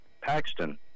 Paxton